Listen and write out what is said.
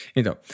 Então